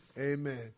Amen